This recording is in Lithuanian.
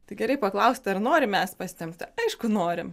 tai gerai paklausit ar norim mes pasitempti aišku norim